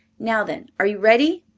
now then, are you ready?